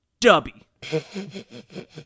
Dubby